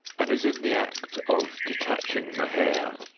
and is in the act of detaching the hair,